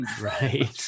Right